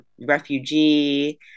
refugee